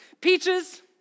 Peaches